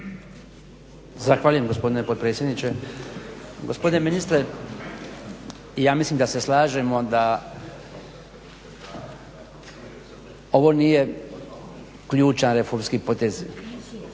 Zahvaljujem gospodine potpredsjedniče. Gospodine ministre, ja mislim da se slažemo da ovo nije ključan reformski potez